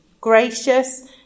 gracious